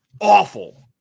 awful